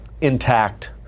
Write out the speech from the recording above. intact